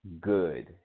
good